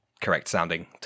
correct-sounding